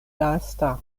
lasta